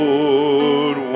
Lord